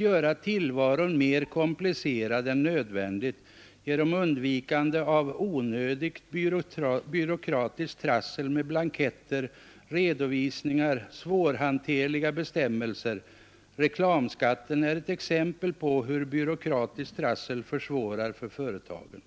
göra tillvaron mer komplicerad än nödvändigt genom undvikande av onödigt byråkratiskt trassel med blanketter, redovisningar och svårhanterliga bestämmelser. Reklamskatten är ett exempel på hur byråkratiskt trassel försvårar för företagen.